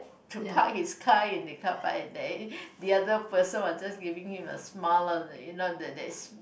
to park his car in the carpark and that the other person was just giving him a smile on the you know that that